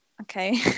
Okay